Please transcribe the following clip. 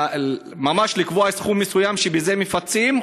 וממש לקבוע סכום מסוים שבו מפצים,